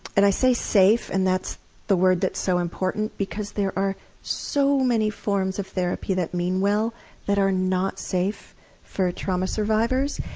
and i say safe, and that's the word that's so important, because there are so many forms of therapy that mean well that are not safe for trauma survivors,